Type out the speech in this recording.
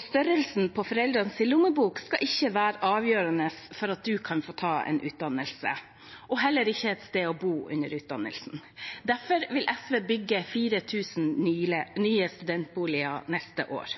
Størrelsen på foreldrenes lommebok skal ikke være avgjørende for at man kan få ta en utdannelse, og heller ikke for at man kan få et sted å bo under utdannelsen. Derfor vil SV bygge 4 000 nye studentboliger neste år.